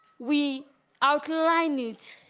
we outline needs